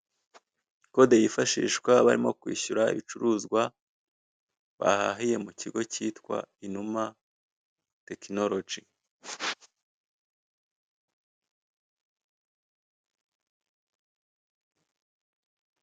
Kode yifashishwa barimo kwishyura ibicuruzwa, bahahiye mukigo kitwa inuma tekinoloji